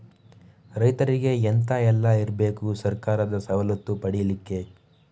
ರೈತರಿಗೆ ಎಂತ ಎಲ್ಲ ಇರ್ಬೇಕು ಸರ್ಕಾರದ ಸವಲತ್ತು ಪಡೆಯಲಿಕ್ಕೆ?